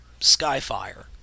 Skyfire